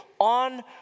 on